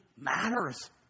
matters